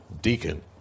deacon